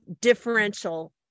differential